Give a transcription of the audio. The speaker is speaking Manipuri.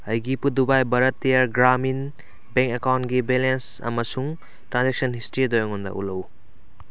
ꯑꯩꯒꯤ ꯄꯨꯗꯨꯕꯥꯏ ꯚꯥꯔꯠꯇꯤꯌꯥꯔ ꯒ꯭ꯔꯥꯃꯤꯟ ꯕꯦꯡ ꯑꯦꯀꯥꯎꯟꯒꯤ ꯕꯦꯂꯦꯟꯁ ꯑꯃꯁꯨꯡ ꯇ꯭ꯔꯥꯟꯖꯦꯟꯁꯟ ꯍꯤꯁꯇ꯭ꯔꯤ ꯑꯗꯨ ꯑꯩꯉꯣꯟꯗ ꯎꯠꯂꯛꯎ